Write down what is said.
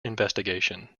investigation